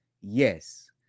yes